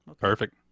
perfect